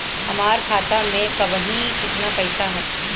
हमार खाता मे अबही केतना पैसा ह?